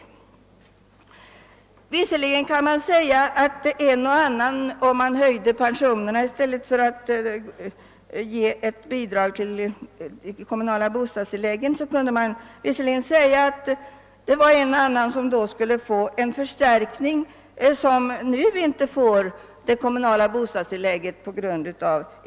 Man kan visserligen säga, att vid en pensionshöjning i stället för ett bidrag till de kommunala bostadstilläggen, skulle en och annan, som nu på grund av inkomstprövningen inte åtnjuter kommunalt bostadstillägg, få en förstärkning.